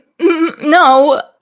no